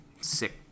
sick